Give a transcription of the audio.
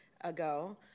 ago